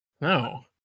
no